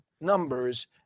numbers